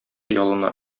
ялына